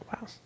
Wow